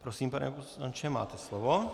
Prosím, pane poslanče, máte slovo.